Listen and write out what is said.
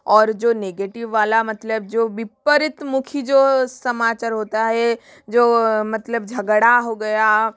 और जो नेगेटिव वाला मतलब जो विपरीत मुखी जो समाचार होता हे जो मतलब झगड़ा हो गया